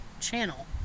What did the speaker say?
channel